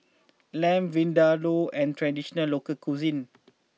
Lamb Vindaloo an traditional local cuisine